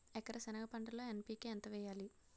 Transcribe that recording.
ఎకర సెనగ పంటలో ఎన్.పి.కె ఎంత వేయాలి?